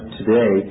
today